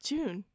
June